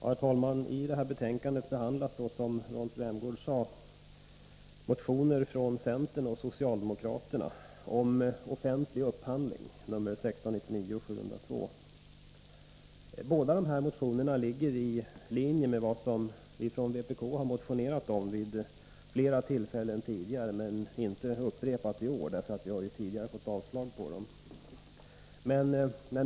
Herr talman! I detta betänkande behandlas, som Rolf Rämgård sade, motion 1982 83:1699 från centern om översyn av upphandlingskungörelsen. Båda dessa motioner ligger i linje med vad vi från vpk motionerat om vid flera tillfällen tidigare, men inte upprepat i år, därför att vi tidigare har fått avslag på våra motioner.